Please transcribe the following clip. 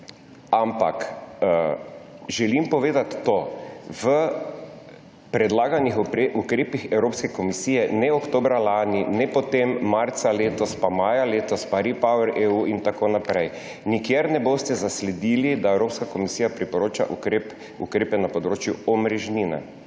nazaj. Želim povedati to, da v predlaganih ukrepih Evropske komisije ne oktobra lani, ne marca letos, pa maja letos, pa RePower EU in tako naprej, nikjer ne boste zasledili, da Evropska komisija priporoča ukrepe na področju omrežnine.